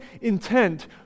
intent